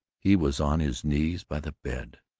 he was on his knees by the bed.